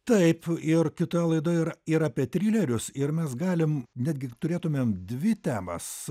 taip ir kitoje laidoje ir ir apie trileriuose ir mes galim netgi turėtumėm dvi temas